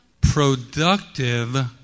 productive